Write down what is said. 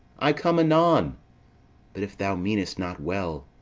i come, anon but if thou meanest not well,